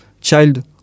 child